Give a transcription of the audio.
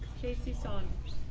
casey saunders